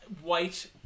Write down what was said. white